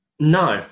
No